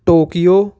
Tokyo